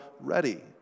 ready